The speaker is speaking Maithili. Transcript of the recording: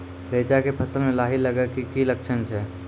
रैचा के फसल मे लाही लगे के की लक्छण छै?